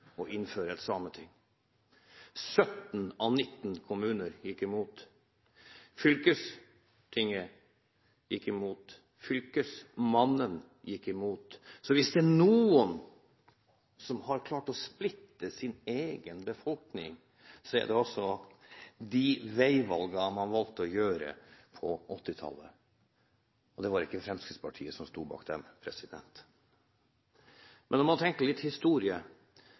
å innføre et sameting. 17 av 19 kommuner gikk imot. Fylkestinget gikk imot, og fylkesmannen gikk imot. Så hvis det er noe som har klart å splitte sin egen befolkning, er det de veivalgene man valgte å ta på 1980-tallet – og det var ikke Fremskrittspartiet som sto bak dem. Men når man tenker litt historie,